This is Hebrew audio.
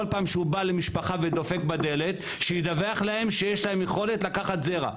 כל פעם שהוא בא למשפחה ודופק בדלת שידווח להם שיש להם יכולת לקחת זרע.